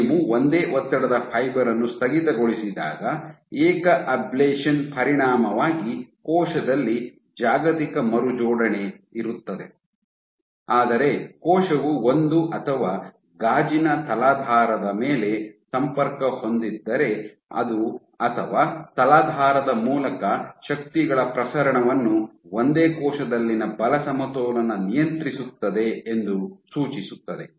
ನೀವು ಒಂದೇ ಒತ್ತಡದ ಫೈಬರ್ ಅನ್ನು ಸ್ಥಗಿತಗೊಳಿಸಿದಾಗ ಏಕ ಅಬ್ಲೇಶನ್ ಪರಿಣಾಮವಾಗಿ ಕೋಶದಲ್ಲಿ ಜಾಗತಿಕ ಮರುಜೋಡಣೆ ಇರುತ್ತದೆ ಆದರೆ ಕೋಶವು ಒಂದು ಅಥವಾ ಗಾಜಿನ ತಲಾಧಾರದ ಮೇಲೆ ಸಂಪರ್ಕ ಹೊಂದಿದ್ದರೆ ಅಥವಾ ತಲಾಧಾರದ ಮೂಲಕ ಶಕ್ತಿಗಳ ಪ್ರಸರಣವನ್ನು ಒಂದೇ ಕೋಶದಲ್ಲಿನ ಬಲ ಸಮತೋಲನ ನಿಯಂತ್ರಿಸುತ್ತದೆ ಎಂದು ಸೂಚಿಸುತ್ತದೆ